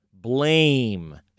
blame